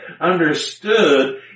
Understood